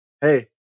hey